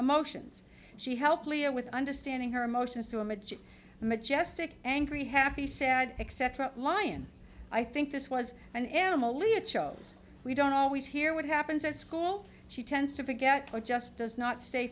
emotions she helped leah with understanding her emotions to image majestic angry happy sad except for a lion i think this was an animal leah chose we don't always hear what happens at school she tends to forget or just does not stay